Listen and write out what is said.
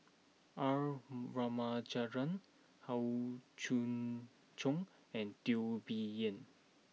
R Ramachandran Howe Yoon Chong and Teo Bee Yen